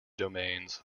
domains